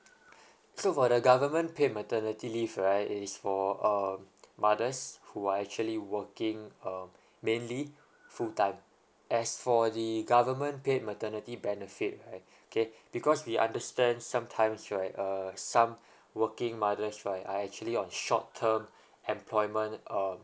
so for the government paid maternity leave right is for um mothers who are actually working uh mainly full time as for the government paid maternity benefit right okay because we understand sometimes right err some working mothers right are actually on short term employment or